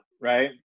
right